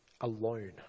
alone